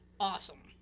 Awesome